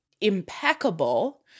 impeccable